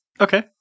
Okay